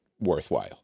worthwhile